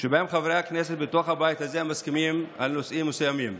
שבהם חברי הכנסת בתוך הבית הזה מסכימים על נושאים מסוימים.